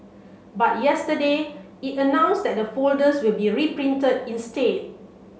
but yesterday it announced that the folders will be reprinted instead